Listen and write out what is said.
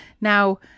Now